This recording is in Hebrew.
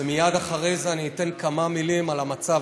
ומייד אחרי זה אני אגיד כמה מילים על המצב